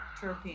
Terpene